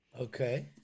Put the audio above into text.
Okay